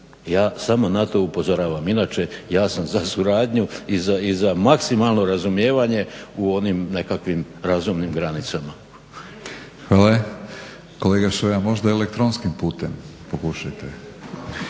Ja samo na to upozoravam, inače ja sam za suradnju i za maksimalno razumijevanje u onim nekakvim razumnim granicama. **Batinić, Milorad (HNS)** Hvala. Kolega Šoja, možda elektronskim putem pokušajte.